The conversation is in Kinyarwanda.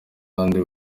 abandi